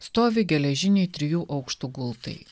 stovi geležiniai trijų aukštų gultai